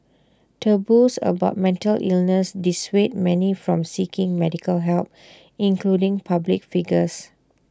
taboos about mental illness dissuade many from seeking medical help including public figures